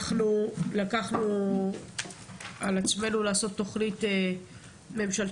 אנחנו לקחנו על עצמנו לעשות תוכנית ממשלתית